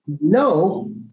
No